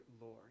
Lord